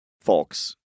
folks